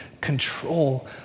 control